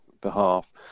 behalf